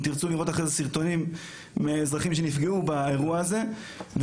אם תרצו לראות אחרי זה סרטונים מאזרחים שנפגעו באירוע הזה וגם